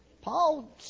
Paul